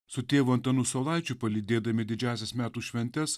su tėvu antanu saulaičiu palydėdami didžiąsias metų šventes